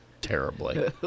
terribly